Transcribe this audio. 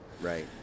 Right